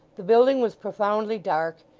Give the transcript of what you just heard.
the building was profoundly dark,